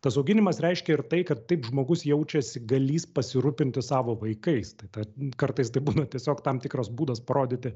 tas auginimas reiškia ir tai kad taip žmogus jaučiasi galįs pasirūpinti savo vaikais tai ta kartais tai būna tiesiog tam tikras būdas parodyti